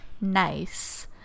nice